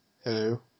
hello